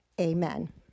amen